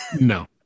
No